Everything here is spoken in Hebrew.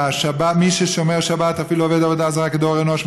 ש"מי ששומר את השבת אפילו עובד עבודה זרה כדור אנוש,